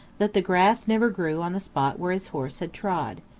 that the grass never grew on the spot where his horse had trod.